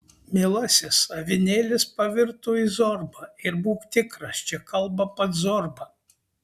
mielasis avinėlis pavirto į zorbą ir būk tikras čia kalba pats zorba